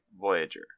Voyager